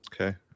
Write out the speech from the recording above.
okay